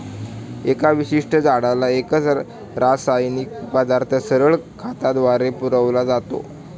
एका विशिष्ट झाडाला एकच रासायनिक पदार्थ सरळ खताद्वारे पुरविला जातो